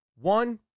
One